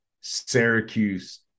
Syracuse